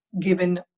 given